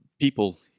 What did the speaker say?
people